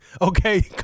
Okay